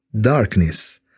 darkness